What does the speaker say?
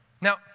Now